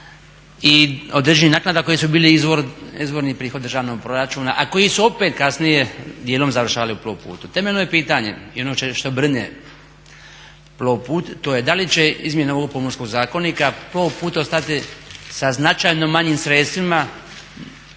i određenih naknada koje su bili izvorni prihodi državnog proračuna, a koji su opet kasnije dijelom završavali u Plovputu. Temeljno je pitanje i ono što brine Plovput to je da li će izmjene ovog Pomorskog zakonika Plovput ostati sa značajno manjim sredstvima